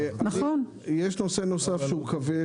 יש נושא נוסף שהוא כבד,